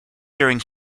during